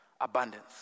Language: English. abundance